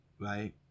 right